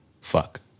Fuck